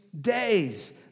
days